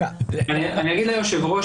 אני אגיד ליושב ראש,